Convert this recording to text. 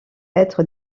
être